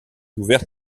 ouverte